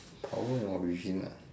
power and origin ah